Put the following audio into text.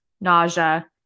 nausea